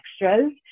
extras